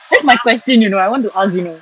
that's my question you know I want to ask you know